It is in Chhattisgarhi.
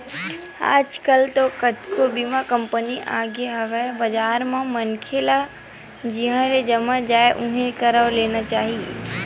आजकल तो कतको बीमा कंपनी आगे हवय बजार म मनखे ल जिहाँ ले जम जाय उहाँ ले करवा लेना चाही